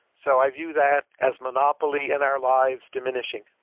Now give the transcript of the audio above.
so i view that as monopoly in our lives diminishing,